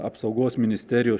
apsaugos ministerijos